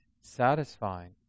satisfying